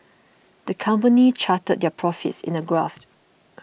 the company charted their profits in a graph